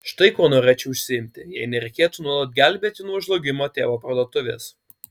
štai kuo norėčiau užsiimti jei nereikėtų nuolat gelbėti nuo žlugimo tėvo parduotuvės